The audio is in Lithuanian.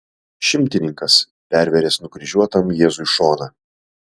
šimtininkas pervėręs nukryžiuotam jėzui šoną